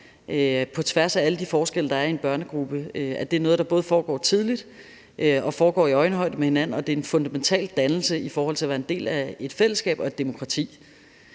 på tværs af alle de forskelle, der er i en børnegruppe – er noget, der både foregår tidligt og foregår i øjenhøjde, og at det er en fundamental dannelse i forhold til at være en del af et fællesskab og demokrati.